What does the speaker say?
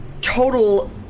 total